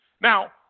Now